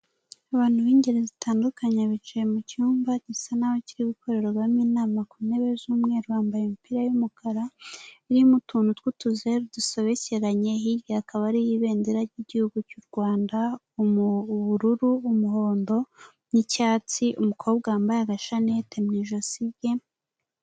abantu b'ingeri zitandukanye bicaye mucyumba gisa n'aba ki gukorerwamo inama ku ntebe z'umweru bambaye imipira y yumukara irimo utuntu tw'utuze dusobekeranye hirya akaba ari ibendera ry'igihugu cy'u rwanda mubu ubururu umuhondo n'icyatsi umukobwa wambaye agashnette mu ijosi rye Abantu b'ingeri zitandukanye bicaye mu cyumba gisa nkaho kiri gukirerwamo inama, bicaye ku ntebe z'umweru bambaye imipira y'umukara irimo utuntu tw'utuzero dusobekeranye, hirya hakaba hari ibendera ry'igihugu cy'u Rwanda mu bururu, umuhondo n'icyatsi. Umukobwa wambaye agashaneti mu ijosi rye.